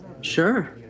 Sure